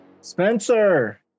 Spencer